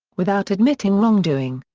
without admitting wrongdoing.